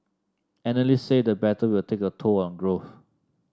analysts say the battle will take a toll on growth